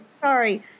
Sorry